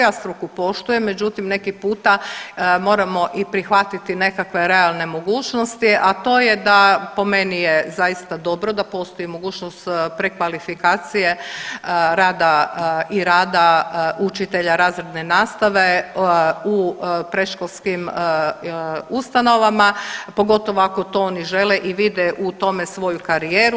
Ja struku poštujem, međutim neki puta moramo i prihvatiti nekakve realne mogućnosti, a to je da po meni je zaista dobro da postoji mogućnost prekvalifikacije rada i rada učitelja razredne nastave u predškolskim ustanovama pogotovo ako to oni žele i vide u tome svoju karijeru.